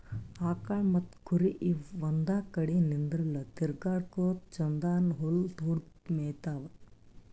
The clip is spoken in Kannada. ಆಕಳ್ ಮತ್ತ್ ಕುರಿ ಇವ್ ಒಂದ್ ಕಡಿ ನಿಂದ್ರಲ್ಲಾ ತಿರ್ಗಾಡಕೋತ್ ಛಂದನ್ದ್ ಹುಲ್ಲ್ ಹುಡುಕಿ ಮೇಯ್ತಾವ್